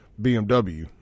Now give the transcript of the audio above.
BMW